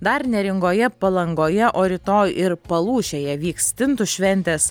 dar neringoje palangoje o rytoj ir palūšėje vyks stintų šventės